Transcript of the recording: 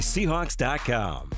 Seahawks.com